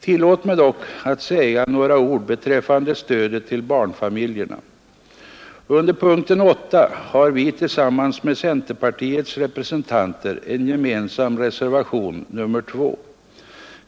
Tillåt mig dock att säga några ord beträffande stödet till barnfamiljerna. Under punkten 8 har vi tillsammans med centerpartiets representanter en gemensam reservation, nr 2.